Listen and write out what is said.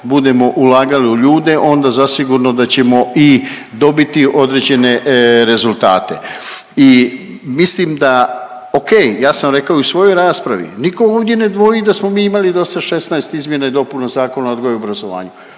budemo ulagali u ljude onda zasigurno da ćemo i dobiti određene rezultate. I mislim da, okej, ja sam rekao i u svojoj raspravi, niko ovdje ne dvoji da smo mi imali dosad 16 izmjena i dopuna Zakona o odgoju i obrazovanju,